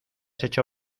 hecho